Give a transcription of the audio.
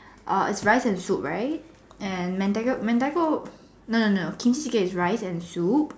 err it's rice and soup right and mentaiko mentaiko no no Kimchi chicken is rice and soup